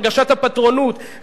הרגשת הפטרונות,